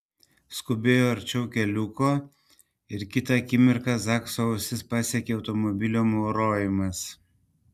skubėjo arčiau keliuko ir kitą akimirką zakso ausis pasiekė automobilio maurojimas